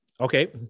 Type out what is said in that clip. Okay